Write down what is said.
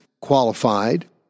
qualified